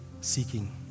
seeking